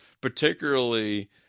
particularly